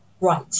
Right